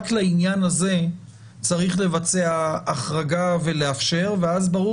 רק לעניין הזה צריך לבצע החרגה ולאפשר ואז ברור